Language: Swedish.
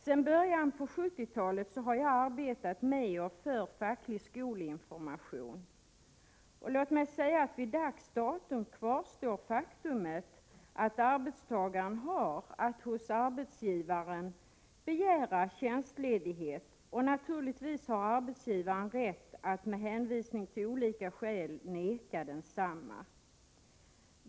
Sedan början av 1970-talet har jag arbetat med och för facklig skolinformation. Till dags dato kvarstår det faktum att arbetstagaren har att hos arbetsgivaren begära tjänstledighet — och naturligtvis har arbetsgivaren rätt att med hänvisning till olika skäl vägra densamma.